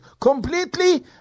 completely